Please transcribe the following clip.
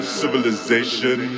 civilization